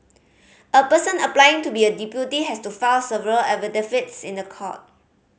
a person applying to be a deputy has to file several affidavits in a court